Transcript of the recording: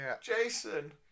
Jason